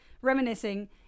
reminiscing